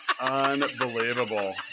Unbelievable